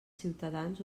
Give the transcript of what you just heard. ciutadans